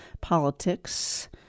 politics